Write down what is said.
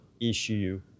issue